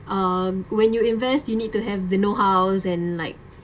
um when you invest you need to have the know-how and like